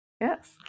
Yes